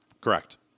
Correct